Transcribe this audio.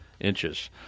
inches